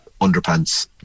underpants